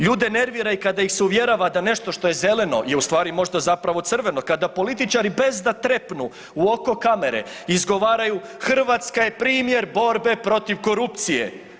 Ljude nervira i kada ih se uvjerava da nešto što je zeleno je u stvari možda zapravo crveno, kada političari da bez da trepnu u oko kamere izgovaraju „Hrvatska je primjer borbe protiv korupcije“